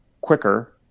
quicker